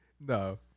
No